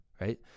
right